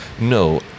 No